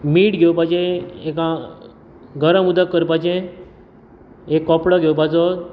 मीठ घेवपाचें एका गरम उदक करपाचें एक कपडो घेवपाचो